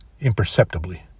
Imperceptibly